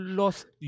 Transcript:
lost